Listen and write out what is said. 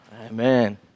Amen